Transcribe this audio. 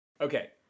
Okay